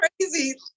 crazy